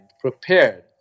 prepared